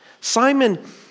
Simon